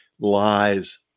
lies